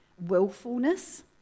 willfulness